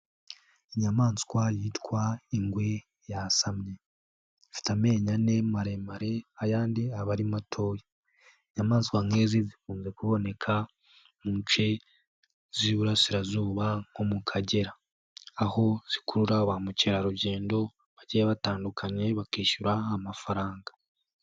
Inyamaswa yitwa ingwe yasamye zifite amenyo ane maremare ayandi aba ari matoya. Inyamaswa nk'izi zikunze kuboneka mu nce z'iburasirazuba nko mu Kagera aho zikurura ba mukerarugendo bagiye batandukanye bakishyura amafaranga.